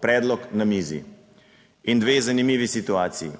predlog na mizi in dve zanimivi situaciji.